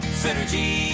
synergy